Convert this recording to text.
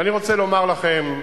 ואני רוצה לומר לכם,